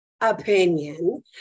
opinion